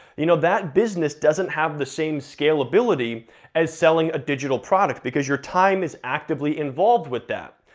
you know that business doesn't have the same scalability as selling a digital product, because your time is actively involved with that.